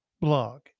blog